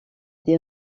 des